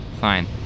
Fine